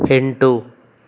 ಎಂಟು